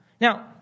Now